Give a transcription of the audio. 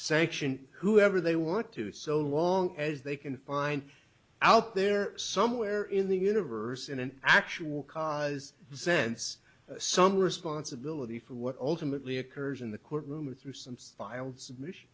sanction whoever they want to so long as they can find out there somewhere in the universe in an actual cause sense some responsibility for what ultimately occurs in the courtroom through some style submission